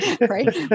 right